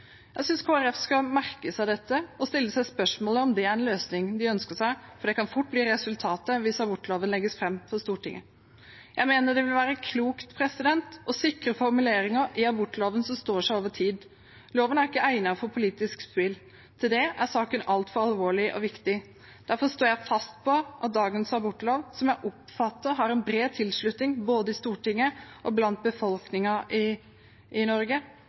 Jeg synes Kristelig Folkeparti skal merke seg dette og stille seg spørsmålet om det er en løsning de ønsker seg, for det kan fort blir resultatet hvis abortloven legges fram for Stortinget. Jeg mener det vil være klokt å sikre formuleringer i abortloven som står seg over tid. Loven er ikke egnet for politisk spill. Til det er saken altfor alvorlig og viktig. Derfor står jeg fast på dagens abortlov, som jeg oppfatter har en bred tilslutning både i Stortinget og blant befolkningen. Mitt standpunkt i